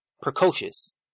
Precocious